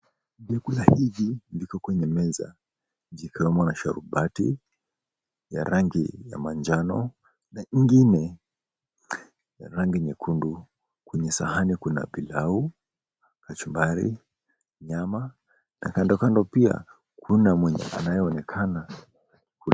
Vyakula hivi viko kwenye meza vikiwemo na sharubati ya rangi ya manjano na ingine rangi nyekundu. Kwenye sahani kuna pilau, kachumbari nyama na kandokando pia kuna mwenye anayeonekana .